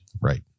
Right